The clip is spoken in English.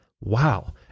Wow